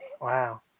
Wow